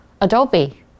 adobe